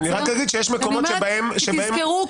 כי תזכרו,